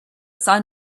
sun